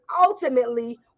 ultimately